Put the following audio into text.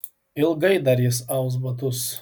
ilgai dar jis aus batus